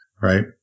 right